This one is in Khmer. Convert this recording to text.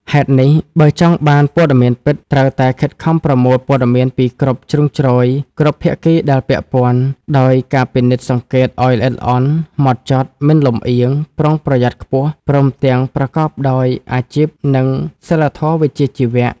ហេតុនេះ បើចង់បានព័ត៌មានពិត ត្រូវតែខិតខំប្រមូលព័ត៌មានពីគ្រប់ជ្រុងជ្រោយ គ្រប់ភាគីដែលពាក់ព័ន្ធ ដោយការពិនិត្យសង្កេតឱ្យល្អិតល្អន់ ហ្មត់ចត់ មិនលម្អៀង ប្រុងប្រយ័ត្នខ្ពស់ ព្រមទាំងប្រកបដោយអាជីព និងសីលធម៌វិជ្ជាជីវៈ។